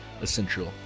essential